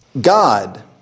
God